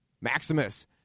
Maximus